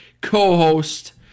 co-host